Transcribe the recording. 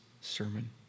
sermon